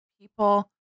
people